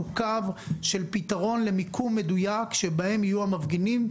קו של פתרון למיקום מדויק שבהם יהיו המפגינים,